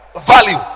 value